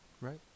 Right